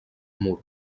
mur